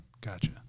gotcha